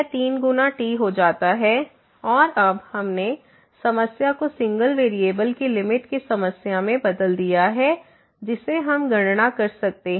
तो यह 3 गुना t हो जाता है और अब हमने समस्या को सिंगल वेरिएबल की लिमिट की समस्या में बदल दिया है जिसे हम गणना कर सकते हैं